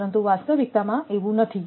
પરંતુ વાસ્તવિકતામાં એવું નથી